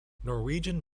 norwegian